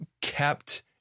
kept